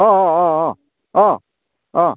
অঁ অঁ অঁ অঁ অঁ অঁ